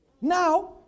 now